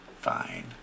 fine